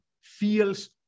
feels